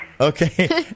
Okay